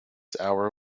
hour